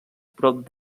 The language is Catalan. prop